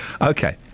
Okay